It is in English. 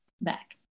back